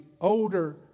older